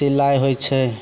सिलाइ होइ छै